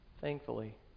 thankfully